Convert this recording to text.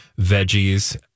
veggies